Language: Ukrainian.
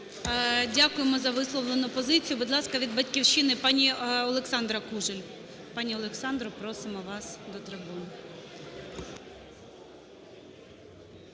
Дякуємо за висловлену позицію. Будь ласка, від "Батьківщини" пані Олександра Кужель. Пані Олександра, просимо вас до трибуни.